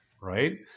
right